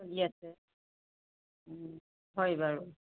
yes ও হয় বাৰু